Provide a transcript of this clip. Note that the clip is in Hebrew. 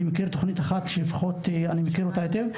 אני מכיר אחת לפחות שאותה אני מכיר היטב,